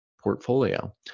portfolio